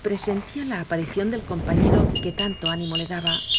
presentía la aparición del compañero que tanto ánimo le daba